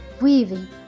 weaving